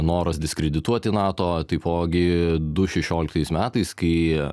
noras diskredituoti nato taipogi du šešioliktais metais kai